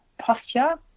posture